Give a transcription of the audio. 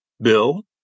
bill